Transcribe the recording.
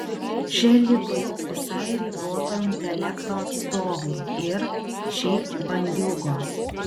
čia liko tik visai riboto intelekto atstovai ir šiaip bandiūgos